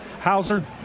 Hauser